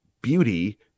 beauty